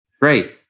Great